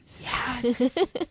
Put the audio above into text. yes